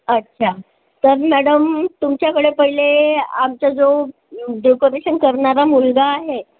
अच्छा तर मॅडम तुमच्याकडे पहिले आमचा जो डेकोरेशन करणारा मुलगा आहे